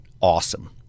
awesome